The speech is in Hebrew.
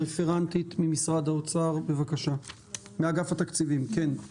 הרפרנטית מאגף התקציבים במשרד האוצר,